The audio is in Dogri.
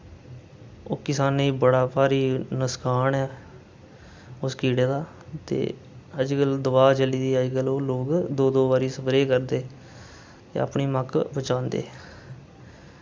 ओह् किसानें ई बड़ा भारी नुस्कान ऐ उस कीड़े दा ते अजकल दोआ चली दी अजकल ओह् लोक दो दो बारी स्प्रे करदे ते अपनी मक्क बचांदे